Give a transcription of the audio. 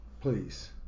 Please